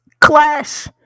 Clash